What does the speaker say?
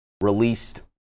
released